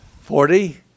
Forty